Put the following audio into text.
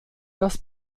das